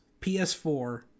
ps4